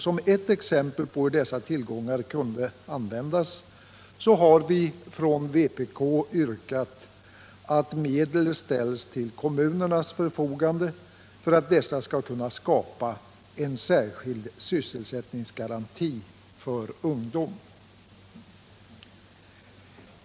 Som ett exempel på hur dessa tillgångar kunde användas har vi från vpk yrkat på att medel ställs till kommunernas förfogande för att dessa skall kunna skapa en särskild sysselsättningsgaranti för ungdom.